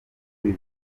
ibi